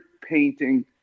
painting